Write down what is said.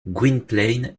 gwynplaine